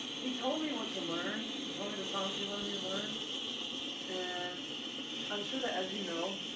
he told me what to learn he told me the songs he wanted me to learn and i'm sure that as you know